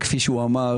וכפי שהוא אמר,